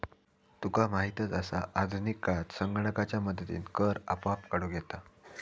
तुका माहीतच आसा, आधुनिक काळात संगणकाच्या मदतीनं कर आपोआप काढूक येता